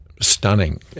stunning